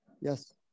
Yes